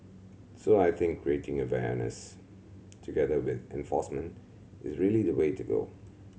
so I think creating awareness together with enforcement is really the way to go